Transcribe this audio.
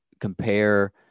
compare